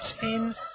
ten